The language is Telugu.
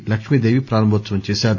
లక్ష్మీ దేవి ప్రారంభోత్సవం చేశారు